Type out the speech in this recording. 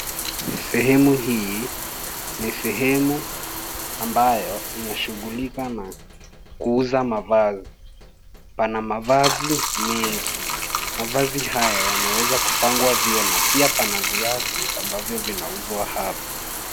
Sehemu hii, ni sehemu ambayo inashughulika na kuuza mavazi. Pana mavazi mengi. Mavazi haya yameweza kupangwa vyema pia pana viatu ambavyo vinauzwa hapa.